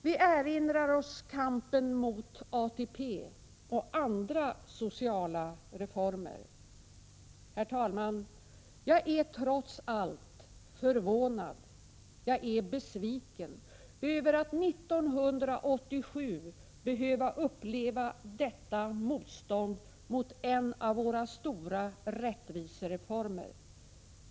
Vi erinrar oss kampen mot ATP och mot andra sociala reformer. Herr talman! Jag är trots allt förvånad och besviken över att år 1987 behöva uppleva detta motstånd mot en av våra stora rättvisereformer.